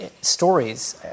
Stories